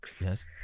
Yes